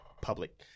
public –